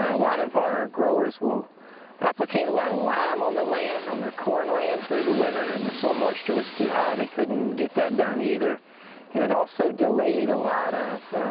a lot of our growers will applicate a lot lime on the land, on their corn land through the winter, and the soil moisture was too high, they couldn't get that done, either. and it also delayed a lot of,